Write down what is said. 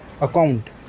account